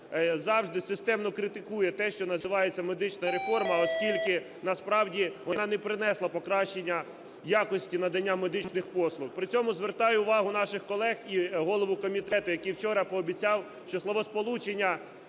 завжди, системно критикує те, що називається "медична реформа", оскільки насправді вона не принесла покращення якості надання медичних послуг. При цьому звертаю увагу наших колег і голови комітету, який вчора пообіцяв, що словосполучення